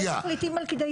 מתי מחליטים על כדאיות?